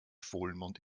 vollmond